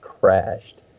crashed